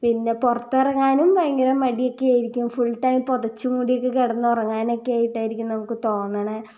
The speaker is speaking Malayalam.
പിന്നെ പുറത്തിറങ്ങാനും ഭയങ്കര മടിയക്കെയിരിക്കും ഫുൾ ടൈം പുതച്ച് മുടിയക്കെ കിടന്ന് ഉറങ്ങാനക്കെയിട്ടാരിക്കും നമുക്ക് തോന്നണത്